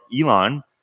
Elon